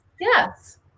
Yes